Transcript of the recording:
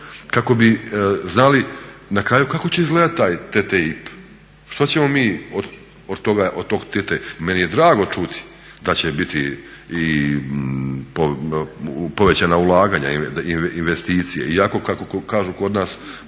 kako bi znali kako će izgledat na kraju taj TTIP, što ćemo mi od tog TTIP. Meni je drago čuti da će biti i povećana ulaganja, investicije, iako kako kažu kod nas